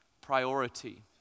priority